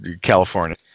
California